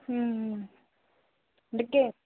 అందుకే